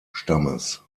stammes